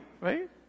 Right